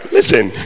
Listen